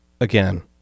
Again